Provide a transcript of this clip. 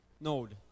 node